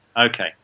Okay